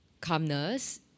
calmness